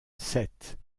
sept